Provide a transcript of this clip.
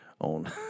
on